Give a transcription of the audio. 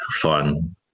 fun